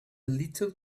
little